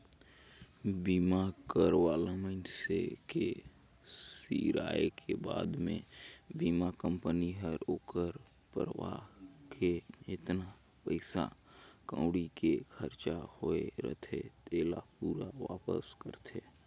बीमा करवाल मइनसे के सिराय के बाद मे बीमा कंपनी हर ओखर परवार के जेतना पइसा कउड़ी के खरचा होये रथे तेला पूरा वापस करथे